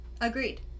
Agreed